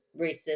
racist